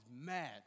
mad